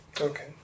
Okay